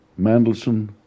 Mandelson